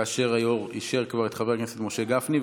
והיו"ר כבר אישר את חבר הכנסת משה גפני.